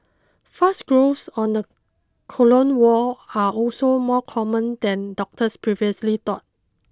fast growths on the colon wall are also more common than doctors previously thought